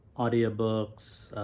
audio-books,